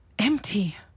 Empty